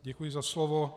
Děkuji za slovo.